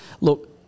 Look